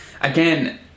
again